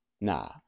nah